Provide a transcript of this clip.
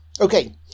Okay